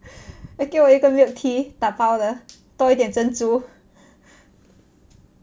给我一个 milk tea dabao 的